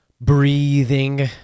breathing